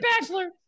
bachelor